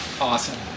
Awesome